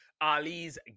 Ali's